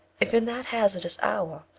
if in that hazardous hour,